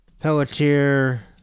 Pelletier